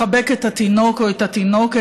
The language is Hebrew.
לחבק את התינוק או את התינוקת,